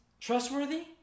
trustworthy